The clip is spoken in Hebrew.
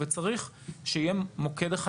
וצריך שיהיה מוקד אחד,